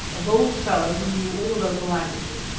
a bold fellow who knew all the local languages,